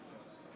שלושה חברי כנסת